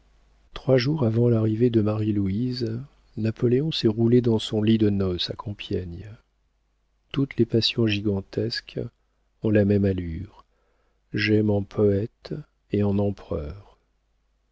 trois jours avant l'arrivée de marie-louise napoléon s'est roulé dans son lit de noces à compiègne toutes les passions gigantesques ont la même allure j'aime en poëte et en empereur